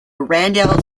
randall